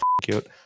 cute